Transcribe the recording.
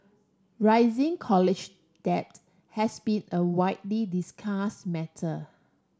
rising college debt has been a widely discuss matter